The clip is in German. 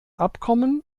abkommen